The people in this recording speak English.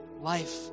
life